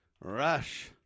Rush